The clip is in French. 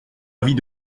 avis